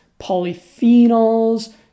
polyphenols